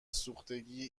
سوختگی